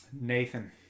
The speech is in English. Nathan